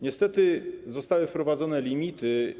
Niestety zostały wprowadzone limity.